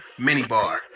minibar